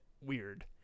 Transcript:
weird